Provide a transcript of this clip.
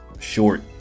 short